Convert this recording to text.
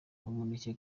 umuneke